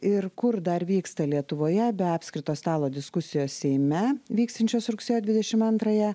ir kur dar vyksta lietuvoje be apskrito stalo diskusijos seime vyksiančios rugsėjo dvidešim antrąją